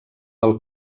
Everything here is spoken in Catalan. del